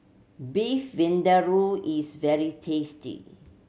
Beef Vindaloo is very tasty